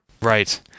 Right